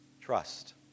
Trust